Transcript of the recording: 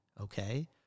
Okay